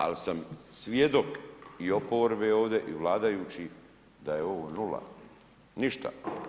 Ali sam svjedok i oporbe ovdje i vladajućih da je ovo nula, ništa.